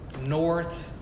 north